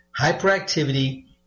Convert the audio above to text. hyperactivity